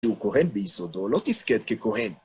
שהוא כהן ביסודו, לא תפקד ככהן.